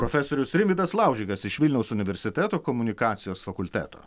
profesorius rimvydas laužikas iš vilniaus universiteto komunikacijos fakulteto